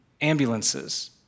ambulances